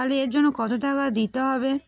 তাহলে এর জন্য কত টাকা দিতে হবে